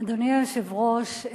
אדוני היושב-ראש,